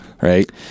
right